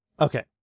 Okay